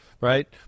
right